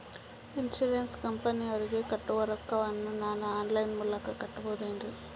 Insurance ಕಂಪನಿಯವರಿಗೆ ಕಟ್ಟುವ ರೊಕ್ಕ ವನ್ನು ನಾನು ಆನ್ ಲೈನ್ ಮೂಲಕ ಕಟ್ಟಬಹುದೇನ್ರಿ?